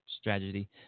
strategy